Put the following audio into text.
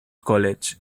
college